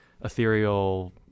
ethereal